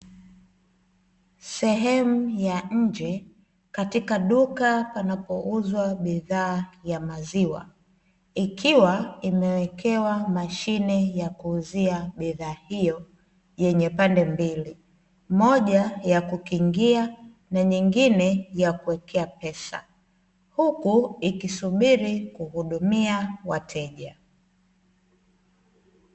Sehemu ya nje katika duka panapouzwa bidhaa za maziwa ikiwa imewekewa mashine ya kuuzia bidhaa hiyo yenye pande mbili, moja ya kukingia na nyingine ya kuwekea pesa.